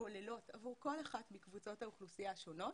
הכוללות עבור כל אחת מקבוצות האוכלוסייה השונות,